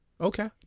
Okay